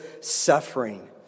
suffering